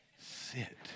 sit